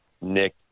Nick